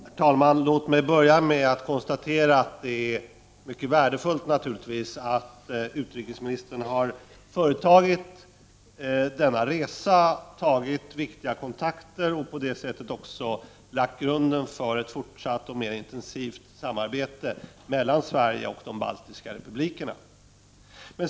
Herr talman! Låt mig börja med att konstatera att det naturligtvis är mycket värdefullt att utrikesministern har företagit denna resa, tagit viktiga kontakter och på det sättet lagt grunden för ett fortsatt och mera intensivt samarbete mellan Sverige och de baltiska republikerna.